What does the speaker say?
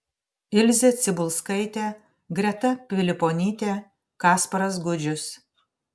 ilzė cibulskaitė greta piliponytė kasparas gudžius